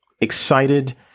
excited